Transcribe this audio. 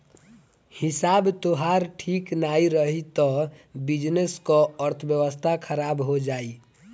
हिसाब तोहार ठीक नाइ रही तअ बिजनेस कअ अर्थव्यवस्था खराब हो जाई